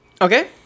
Okay